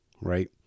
right